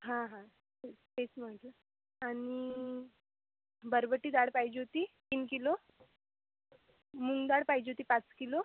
हां हां तेच म्हटलं आणि बरबटी डाळ पाहिजे होती तीन किलो मूग डाळ पाहिजे होती पाच किलो